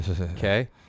Okay